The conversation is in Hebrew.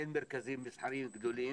אין מרכזים מסחריים גדולים